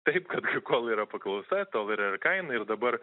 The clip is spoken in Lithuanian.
taip kad kol yra paklausa tol yra kaina ir dabar